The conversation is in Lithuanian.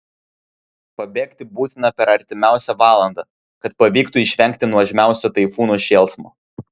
pabėgti būtina per artimiausią valandą kad pavyktų išvengti nuožmiausio taifūno šėlsmo